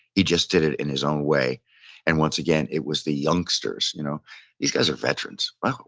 he just did it in his own way and, once again, it was the youngsters. you know these guys are veterans. well,